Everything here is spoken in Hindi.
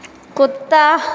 कुत्ता